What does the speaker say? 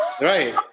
Right